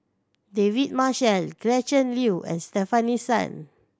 David Marshall Gretchen Liu and Stefanie Sun